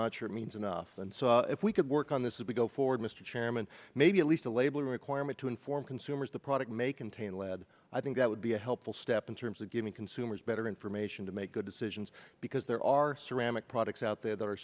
not sure means enough and so if we could work on this if we go forward mr chairman maybe at least the labeling requirement to inform consumers the product may contain lead i think that would be a helpful step in terms of giving consumers better information to make good decisions because there are ceramic products out there that are